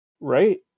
right